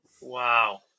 Wow